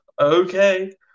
okay